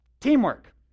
teamwork